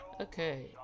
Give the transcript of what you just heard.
Okay